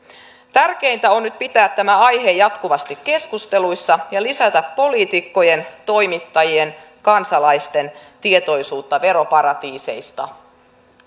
tärkeintä on nyt pitää tämä aihe jatkuvasti keskusteluissa ja lisätä poliitikkojen toimittajien ja kansalaisten tietoisuutta veroparatiiseista